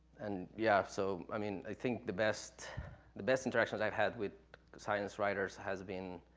and yeah, so, i mean, i think the best the best interactions i've had with science writers has been,